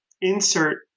insert